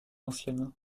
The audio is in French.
anciennes